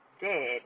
dead